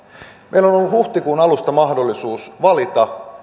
meillä on ollut huhtikuun alusta mahdollisuus valita